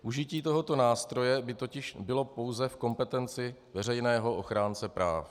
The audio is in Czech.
Užití tohoto nástroje by totiž bylo pouze v kompetenci veřejného ochránce práv.